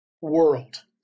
world